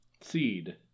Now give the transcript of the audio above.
Seed